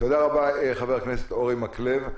תודה רבה, חבר הכנסת אורי מקלב.